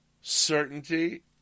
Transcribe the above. Certainty